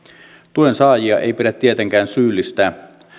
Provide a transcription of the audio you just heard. tuen saajia ei pidä tietenkään syyllistää